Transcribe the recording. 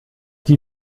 die